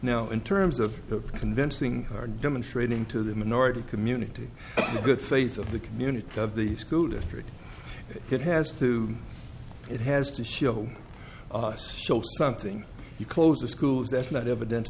now in terms of convincing or demonstrating to the minority community the good faith of the community of the school district that has to it has to show us something you close the schools that's not evidence